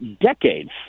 decades